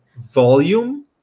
volume